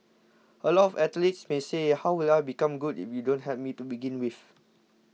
a lot of athletes may say how will I become good if you don't help me to begin with